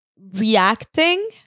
reacting